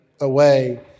away